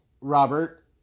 Robert